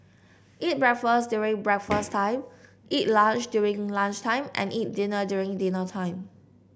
eat breakfast during breakfast time eat lunch during lunch time and eat dinner during dinner time